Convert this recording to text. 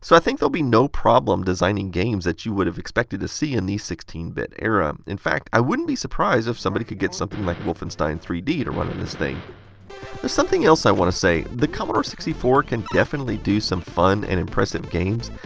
so i think there will be no problem designing games that you would have expected to see in the sixteen bit era. in fact, i wouldn't be surprised if somebody could get something like wolfenstein three d to run on this thing. there's something else i want to say. the commodore sixty four can definitely do some fun and impressive games.